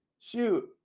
shoot